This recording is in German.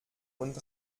und